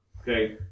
Okay